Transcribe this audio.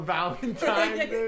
Valentine